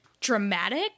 dramatic